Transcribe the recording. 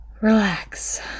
relax